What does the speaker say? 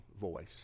voice